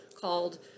called